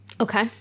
Okay